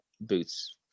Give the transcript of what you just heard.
boots